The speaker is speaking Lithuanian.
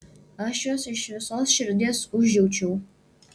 aš juos iš visos širdies užjaučiau